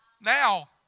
Now